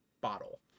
bottle